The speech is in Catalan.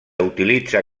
utilitza